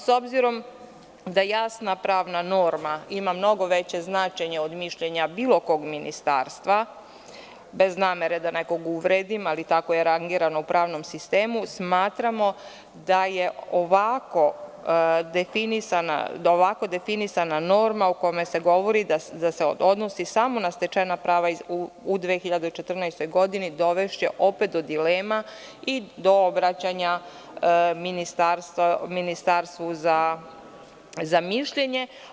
S obzirom da jasna pravan norma ima mnogo veće značenje od bilo kog ministarstva bez namere da nekog uvredim, ali tako je rangirano u pravnom sistemu, smatramo da je ovako definisana norma u kome se govori da se odnosi samo na stečena prava u 2014. godini, dovešće opet do dilema i do vraćanja ministarstvu za mišljenje.